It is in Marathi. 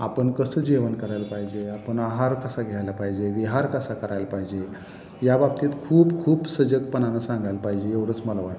आपण कसं जेवण करायला पाहिजे आपण आहार कसा घ्यायला पाहिजे विहार कसा करायला पाहिजे याबाबतीत खूप खूप सजगपणानं सांगायला पाहिजे एवढंच मला वाटतं